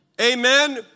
Amen